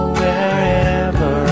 wherever